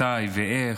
מתי ואיך.